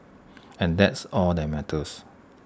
and that's all that matters